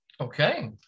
Okay